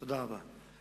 תודה רבה.